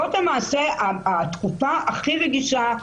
זאת למעשה התקופה הכי רגישה,